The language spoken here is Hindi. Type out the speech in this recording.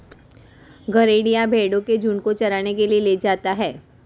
गरेड़िया भेंड़ों के झुण्ड को चराने के लिए ले जाता है